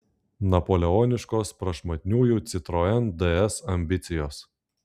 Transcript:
napoleoniškos prašmatniųjų citroen ds ambicijos